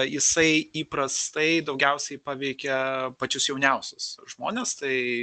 jisai įprastai daugiausiai paveikia pačius jauniausius žmones tai